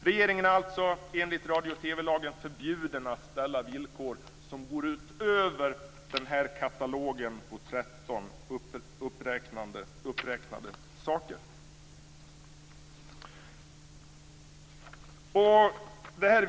Regeringen är alltså enligt radio och TV-lagen förbjuden att ställa villkor som går utöver denna katalog på 13 uppräknade punkter.